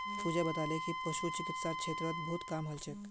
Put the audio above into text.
पूजा बताले कि पशु चिकित्सार क्षेत्रत बहुत काम हल छेक